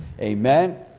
Amen